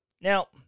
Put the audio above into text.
Now